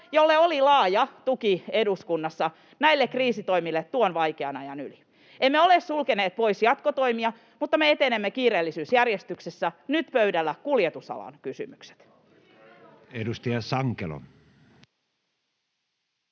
yli oli laaja tuki eduskunnassa. Emme ole sulkeneet pois jatkotoimia, mutta me etenemme kiireellisyysjärjestyksessä. Nyt pöydällä ovat kuljetusalan kysymykset.